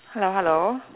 hello hello